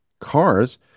cars